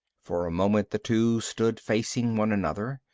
for a moment, the two stood facing one another.